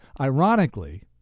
Ironically